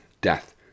Death